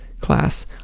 class